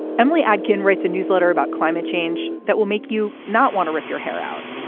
emily adkins writes a newsletter about climate change that will make you not want to rip your hair out.